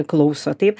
klauso taip